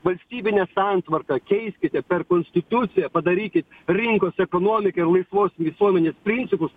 valstybinę santvarką keiskite per konstituciją padarykit rinkos ekonomiką ir laisvos visuomenės principus